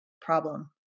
problem